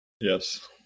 Yes